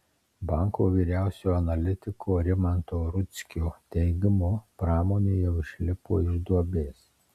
banko vyriausiojo analitiko rimanto rudzkio teigimu pramonė jau išlipo iš duobės